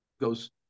goes